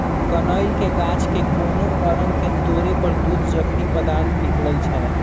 कनइल के गाछ के कोनो अङग के तोरे पर दूध जकति पदार्थ निकलइ छै